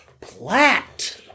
Platt